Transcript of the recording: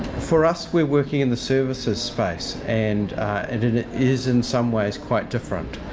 for us, we're working in the services space, and and it is in some ways quite different.